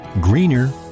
greener